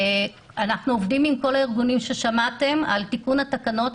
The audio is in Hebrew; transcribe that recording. אנחנו עובדים עם כל הארגונים ששמעתם על תיקון התקנות.